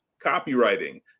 copywriting